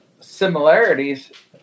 similarities